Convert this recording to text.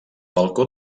balcó